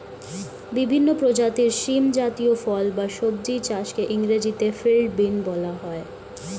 বিভিন্ন প্রজাতির শিম জাতীয় ফল বা সবজি চাষকে ইংরেজিতে ফিল্ড বিন বলা হয়